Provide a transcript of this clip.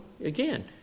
again